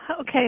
okay